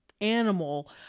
animal